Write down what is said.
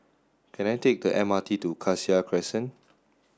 can I take a M R T to Cassia Crescent